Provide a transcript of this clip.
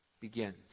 begins